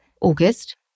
August